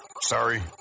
Sorry